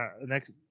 next